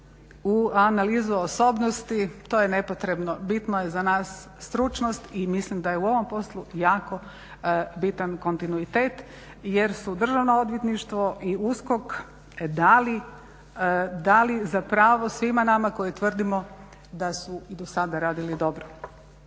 psihoanalizu osobnosti. To je nepotrebno. Bitno je za nas stručnost i mislim da je u ovom poslu jako bitan kontinuitet jer su Državno odvjetništvo i USKOK dali za pravo svima nama koji tvrdimo da su dosada radili dobro.